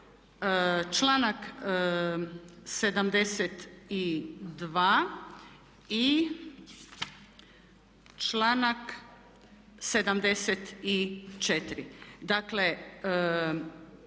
članak 72. i članak 74. dakle,